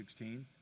2016